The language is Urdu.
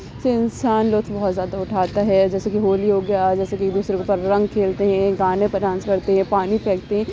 اس سے انسان لطف بہت زیادہ اٹھاتا ہے جیسے کہ ہولی ہو گیا جیسے کہ ایک دوسرے کے اوپر رنگ کھیلتے ہیں گانے پہ ڈانس کرتے ہیں پانی پھینکتے ہیں